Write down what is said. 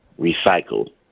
recycled